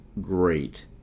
great